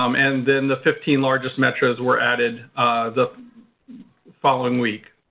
um and then the fifteen largest metros were added the following week.